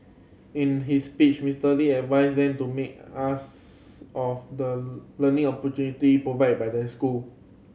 in his speech Mister Lee advised them to make us of the learning opportunity provided by their school